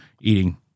eating